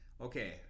okay